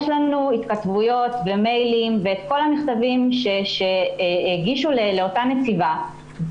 יש לנו התכתבויות במיילים ואת כל המכתבים שהגישו לאותה נציבה,